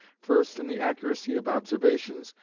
first in the accuracy of observations,